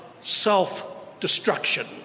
self-destruction